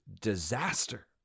disaster